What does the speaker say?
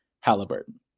Halliburton